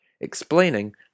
explaining